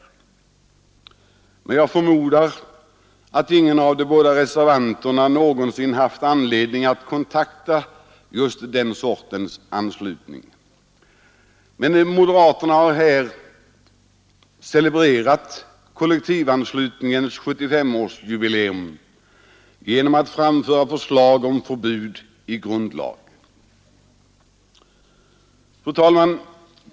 Jag förmodar att ingen av de båda reservanterna någonsin haft någon närmare kontakt med just den sortens anslutning. Moderaterna har här celebrerat kollektivanslutningens 7S5-årsjubileum genom att framföra förslag om förbud i grundlag.